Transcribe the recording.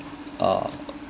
uh